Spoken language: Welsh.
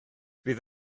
fydd